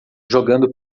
jogando